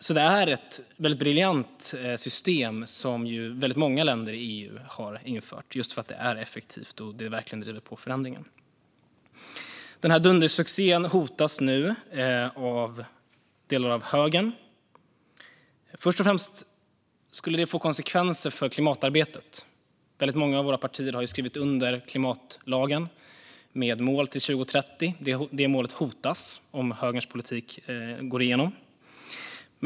Detta är ett väldigt briljant system som väldigt många länder i EU har infört just för att det är effektivt och verkligen driver på förändringen. Denna dundersuccé hotas nu av delar av högern. Först och främst skulle det få konsekvenser för klimatarbetet. Väldigt många av våra partier har skrivit under klimatlagen med mål till 2030. Det målet hotas om högerns politik går igenom.